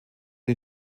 den